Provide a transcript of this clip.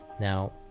Now